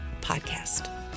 podcast